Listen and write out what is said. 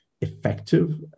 effective